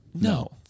no